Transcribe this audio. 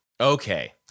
Okay